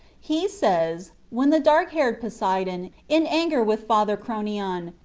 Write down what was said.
he says, when the dark-haired poseidon, in anger with father kronion,